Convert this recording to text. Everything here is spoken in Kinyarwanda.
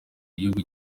gihugu